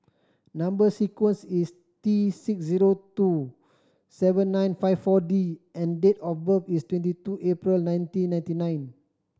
number sequence is T six zero two seven nine five Four D and date of birth is twenty two April nineteen ninety nine